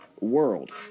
world